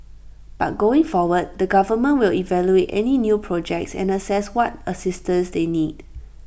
but going forward the government will evaluate any new projects and assess what assistance they need